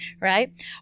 right